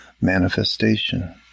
manifestation